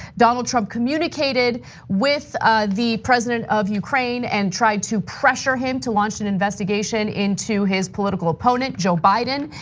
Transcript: donald trump communicated with the president of ukraine, and tried to pressure him to launch an investigation into his political opponent, joe biden,